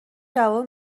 جواب